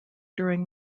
during